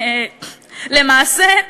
למעשה,